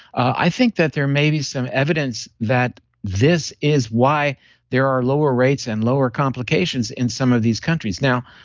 i think that there may be some evidence that this is why there are lower rates and lower complications in some of these countries now,